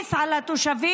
מעמיס על התושבים,